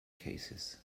cases